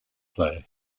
player